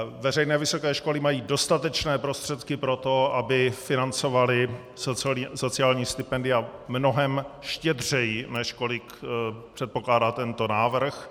Veřejné vysoké školy mají dostatečné prostředky pro to, aby financovaly sociální stipendia mnohem štědřeji, než kolik předpokládá tento návrh.